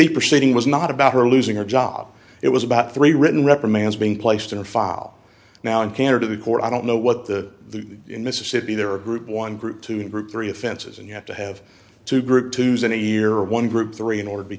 b proceeding was not about her losing her job it was about three written reprimands being placed in a file now in canada the court i don't know what the mississippi there are group one group to group three offenses and you have to have two group to use in a year one group three in order to be